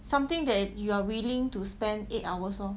something that you are willing to spend eight hours lor